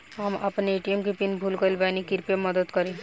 हम आपन ए.टी.एम के पीन भूल गइल बानी कृपया मदद करी